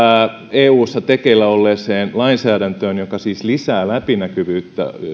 eussa tekeillä olleeseen lainsäädäntöön joka siis lisää läpinäkyvyyttä